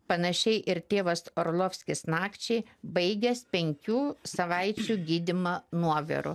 panašiai ir tėvas orlovskis nakčiai baigęs penkių savaičių gydymą nuoviru